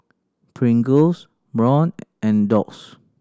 Pringles Braun and Doux